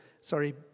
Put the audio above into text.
sorry